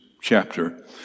chapter